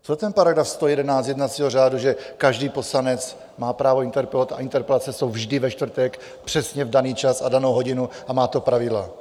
Co § 111 jednacího řádu, že každý poslanec má právo interpelovat, a interpelace jsou vždy ve čtvrtek přesně v daný čas a danou hodinu a má to pravidla?